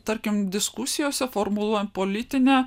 tarkim diskusijose formuluojant politinę